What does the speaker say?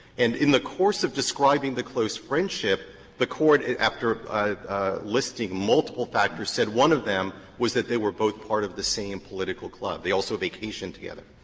and in the course of describing the close friendship the court, and after listing multiple factors, said one of them was that they were both part of the same political club. club. they also vacationed together.